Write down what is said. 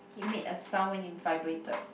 it made a sound when you vibrated